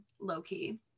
low-key